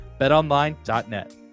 BetOnline.net